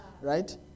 Right